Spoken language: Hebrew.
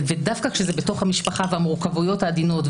דווקא כשזה בתוך המשפחה עם המורכבויות העדינות,